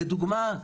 לדוגמה,